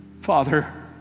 Father